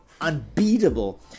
unbeatable